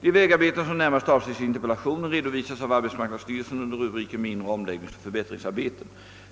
De vägarbeten som närmast avses i interpellationen redovisas av arbetsmarknadsstyrelsen under =<rubriken Mindre omläggningsoch förbättringsarbeten.